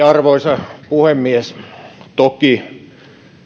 arvoisa puhemies toki